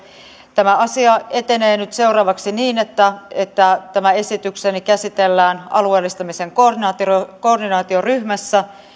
tämä asia etenee seuraavaksi niin että että tämä esitykseni käsitellään alueellistamisen koordinaatioryhmässä koordinaatioryhmässä